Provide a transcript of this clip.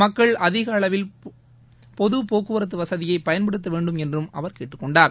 மக்கள் அதிக அளவில் பொதுபோக்குவரத்து வசதியை பயன்படுத்த வேண்டும் என்றும் அவர் கேட்டுக் கொண்டார்